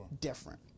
different